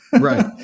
Right